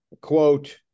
quote